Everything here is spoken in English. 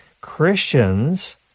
Christians